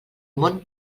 món